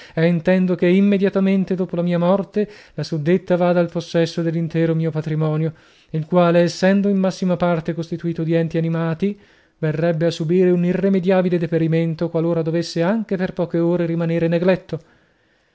intendo che immediatamente dopo la mia morte la suddetta vada al possesso dell'intero mio patrimonio il quale essendo in massima parte costituito di enti animati verrebbe a subire un irremediabile deperimento qualora dovesse anche per poche ore rimanere negletto